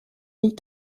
nie